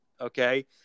Okay